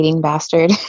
bastard